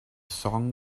song